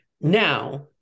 Now